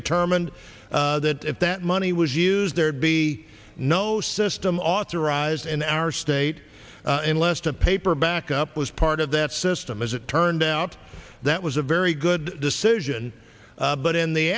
determined that if that money was used there'd be no system authorized in our state unless to paper backup was part of that system as it turned out that was a very good decision but in the